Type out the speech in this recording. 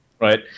right